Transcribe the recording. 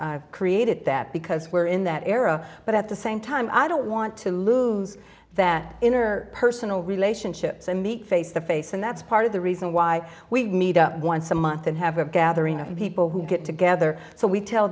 i've created that because we're in that era but at the same time i don't want to lose that inner personal relationships i meet face to face and that's part of the reason why we meet up once a month and have a gathering of people who get together so we tell